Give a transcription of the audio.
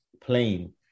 plain